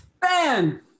Fan